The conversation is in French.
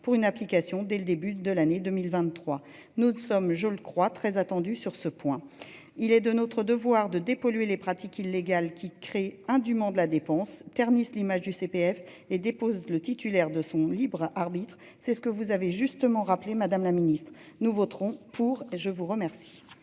pour une application dès le début de l'année 2023, nous ne sommes, je le crois très attendu sur ce point, il est de notre devoir de dépolluer les pratiques illégales qui créent un du monde la dépense ternissent l'image du CPF et dépose le titulaire de son libre arbitre, c'est ce que vous avez justement rappelé Madame la Ministre nous voterons pour et je vous remercie.